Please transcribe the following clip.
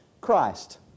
Christ